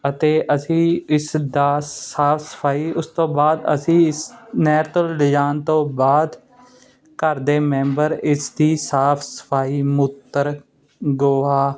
ਅਤੇ ਅਸੀਂ ਇਸ ਦੀ ਸਾਫ ਸਫਾਈ ਉਸ ਤੋਂ ਬਾਅਦ ਅਸੀਂ ਇਸ ਨਹਿਰ ਤੋਂ ਲੈ ਜਾਣ ਤੋਂ ਬਾਅਦ ਘਰ ਦੇ ਮੈਂਬਰ ਇਸ ਦੀ ਸਾਫ ਸਫਾਈ ਮੂਤ ਗੋਹਾ